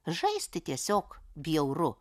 žaisti tiesiog bjauru